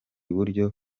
buryo